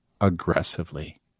aggressively